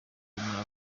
muri